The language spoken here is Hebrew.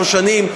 כי עברו 12 שנים.